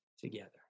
together